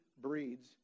breeds